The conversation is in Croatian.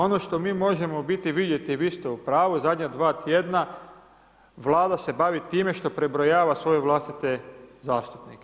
Ono što mi možemo biti vidjeti, vi ste u pravu, zadnja dva tjedna Vlada se bavi time što prebrojava svoje vlastite zastupnike.